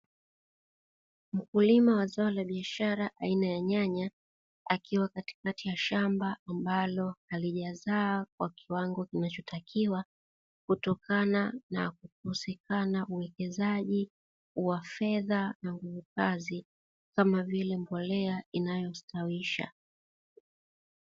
Mkulima wa zao la biashara aina ya nyanya akiwa katikati ya shamba ambalo halijazaa kwa kiasi kikubwa, kutokana na kukosekana kwa uwekezaji wa fedha na nguvu kazi kma vile!, mbolea inayostawisha.